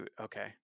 okay